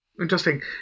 interesting